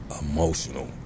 emotional